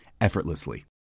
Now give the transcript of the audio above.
effortlessly